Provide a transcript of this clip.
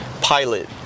pilot